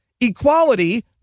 equality